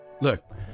look